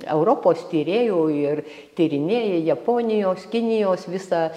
europos tyrėjų ir tyrinėja japonijos kinijos visą